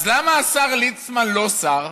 אז למה השר ליצמן לא שר?